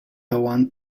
want